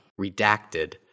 Redacted